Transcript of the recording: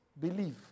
believe